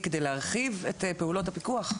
כדי להרחיב את פעולות הפיקוח?